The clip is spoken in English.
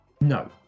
No